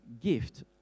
gift